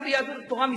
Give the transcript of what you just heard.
לא משתלבים.